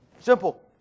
simple